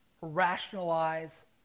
rationalize